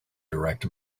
direct